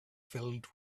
filled